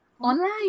online